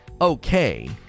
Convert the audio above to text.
okay